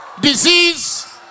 disease